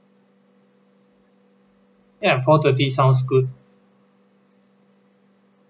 ya four thirty sounds good